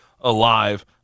alive